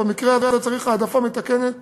ובמקרה הזה צריך העדפה מתקנת